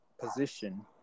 position